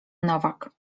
nowak